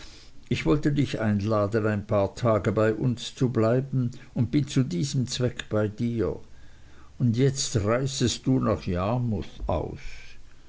ich wollte dich einladen ein paar tage bei uns zu bleiben und bin zu diesem zweck bei dir und jetzt reißest du nach yarmouth aus